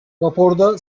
raporda